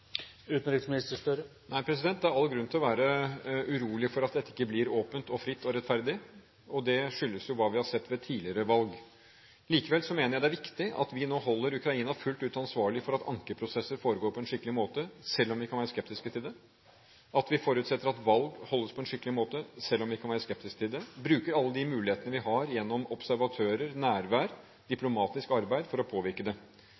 rettferdig. Det skyldes jo det vi har sett ved tidligere valg. Likevel mener jeg det er viktig at vi nå holder Ukraina fullt ut ansvarlig for at ankeprosesser foregår på en skikkelig måte, selv om vi kan være skeptiske til det, at vi forutsetter at valg holdes på en skikkelig måte, selv om vi kan være skeptiske til det, og at vi bruker alle de mulighetene vi har gjennom observatører, nærvær og diplomatisk arbeid for å påvirke det.